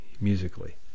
musically